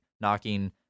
knocking